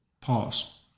Pause